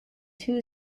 two